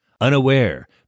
unaware